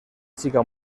chica